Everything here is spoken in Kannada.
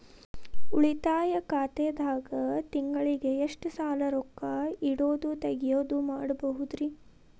ಉಳಿತಾಯ ಖಾತೆದಾಗ ತಿಂಗಳಿಗೆ ಎಷ್ಟ ಸಲ ರೊಕ್ಕ ಇಡೋದು, ತಗ್ಯೊದು ಮಾಡಬಹುದ್ರಿ?